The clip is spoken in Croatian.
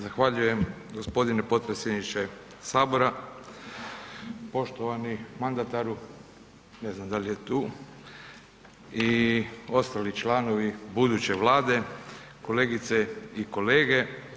Zahvaljujem g. potpredsjedniče Sabora, poštovani mandataru, ne znam da li je tu i ostali članovi buduće Vlade, kolegice i kolege.